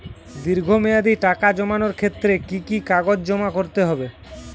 দীর্ঘ মেয়াদি টাকা জমানোর ক্ষেত্রে কি কি কাগজ জমা করতে হবে?